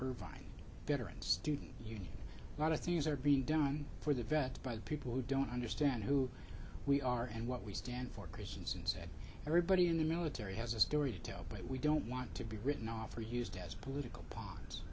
irvine veterans student you lot of things are being done for the vets by people who don't understand who we are and what we stand for christians and said everybody in the military has a story to tell but we don't want to be written off or used as political p